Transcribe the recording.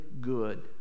good